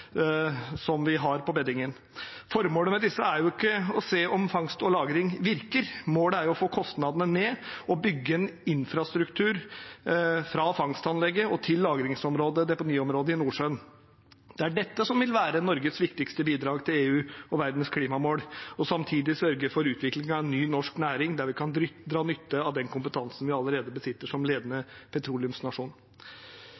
som vi har på beddingen. Formålet med disse er jo ikke å se om fangst og lagring virker. Målet er å få kostnadene ned og bygge en infrastruktur fra fangstanlegget til lagringsområdet/deponiområdet i Nordsjøen. Det er dette som ville være Norges viktigste bidrag til EU og verdens klimamål, og samtidig sørge for utviklingen av en ny norsk næring der vi kan dra nytte av den kompetansen vi allerede besitter som ledende